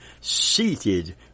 seated